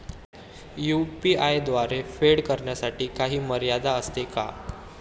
UPI द्वारे फेड करण्यासाठी काही मर्यादा असते का?